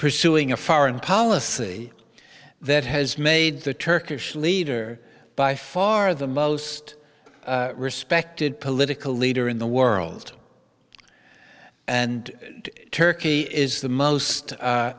pursuing a foreign policy that has made the turkish leader by far the most respected political leader in the world and turkey is the most